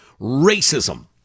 racism